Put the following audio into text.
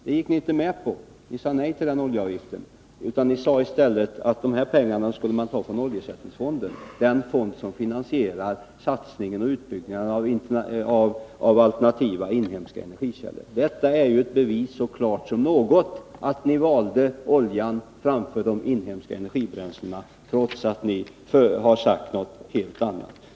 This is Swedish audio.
Det gick ni inte med på, ni sade nej till den oljeavgiften. Ni sade i stället att de pengarna skulle tas från oljeersättningsfonden, den fond som finansierar satsningen och utbyggnaden av alternativa inhemska energikällor. Detta är ett bevis så klart som något på att ni valde oljan framför de inhemska energibränslena, trots att ni har sagt något helt annat.